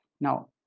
Now